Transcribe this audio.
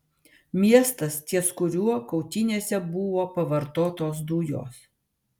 miestas ties kuriuo kautynėse buvo pavartotos dujos